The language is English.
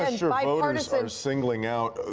and like are and sort of singling out.